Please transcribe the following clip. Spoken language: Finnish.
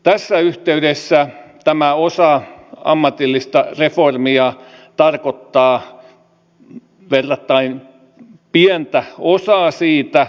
tässä yhteydessä tämä osa ammatillista reformia tarkoittaa verrattain pientä mutta kuitenkin tärkeää osaa siitä